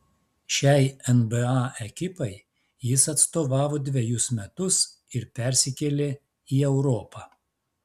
šiai nba ekipai jis atstovavo dvejus metus ir persikėlė į europą